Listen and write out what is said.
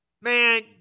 Man